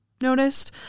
noticed